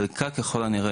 חלקה ככול הנראה,